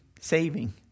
saving